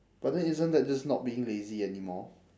but then isn't that just not being lazy anymore